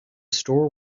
store